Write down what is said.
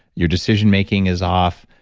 your decision-making is off.